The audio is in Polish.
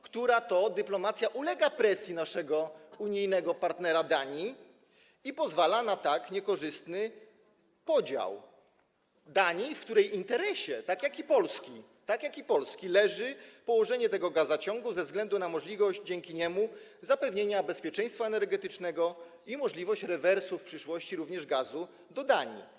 która to dyplomacja ulega presji naszego unijnego partnera Danii i pozwala na tak niekorzystny podział Danii, w której interesie, tak jak i Polski, leży położenie tego gazociągu ze względu na możliwość zapewnienia dzięki niemu bezpieczeństwa energetycznego i możliwość rewersu w przyszłości również gazu do Danii.